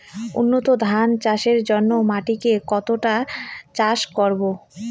উন্নত ধান চাষের জন্য মাটিকে কতটা চাষ করব?